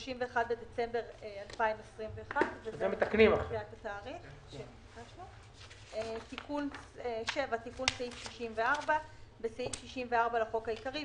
(31 בדצמבר 2021)". תיקון סעיף 647. בסעיף 64 לחוק העיקרי,